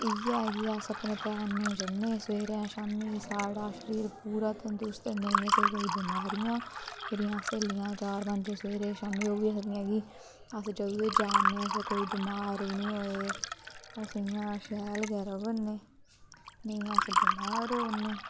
इ'यै ऐ कि अस अपने तैरने जन्ने सवेरे शाम्मी साढ़ा शरीर पूरा तंदरुस्त नेईं असेंगी कोई बमारियां मेरियां स्हेलियां चार पंज सवेरे शामिया ओह् बी आखदियां कि अस जंदू दे जा ने अस कोई बमार बी नेईं होऐ अस 'इयां शैल गै रवा ने नेईं अस बमार होऐ न